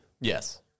Yes